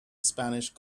spanish